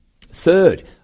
third